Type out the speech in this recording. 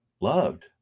loved